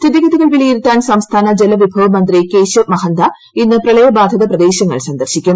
സ്ഥിതിഗതികൾ വിലയിരുത്താൻ സംസ്ഥാന ജലവിഭവ മന്ത്രി കേശബ് മഹന്ദ ഇന്ന് പ്രളയബാധിത പ്രദേശങ്ങൾ സന്ദർശിക്കും